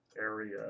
Area